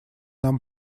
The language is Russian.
нам